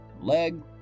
leg